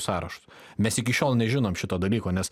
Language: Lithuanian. sąrašus mes iki šiol nežinom šito dalyko nes